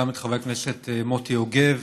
גם את חבר הכנסת מוטי יוגב